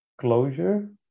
closure